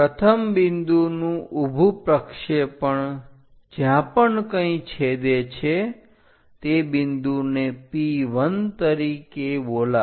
પ્રથમ બિંદુનું ઊભું પ્રક્ષેપણ જ્યાં પણ કંઈ છેદે છે તે બિંદુને P1 તરીકે બોલાવો